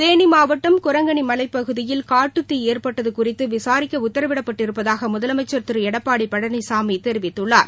தேனி மாவட்டம் குரங்கணி மலைப் பகுதியில் காட்டுத்தீ ஏற்பட்டது விசாரிக்க குறித்து உத்தரவிட்ப்பட்டிருப்பதாக முதலமைச்சர் திரு எடப்பாடி பழனிசாமி தெரிவித்துள்ளார்